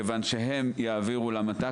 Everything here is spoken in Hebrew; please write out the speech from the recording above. כיוון שהם יעבירו למת"ק,